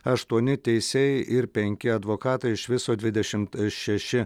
aštuoni teisėjai ir penki advokatai iš viso dvidešimt šeši